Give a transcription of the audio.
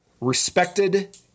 respected